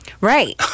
Right